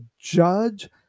judge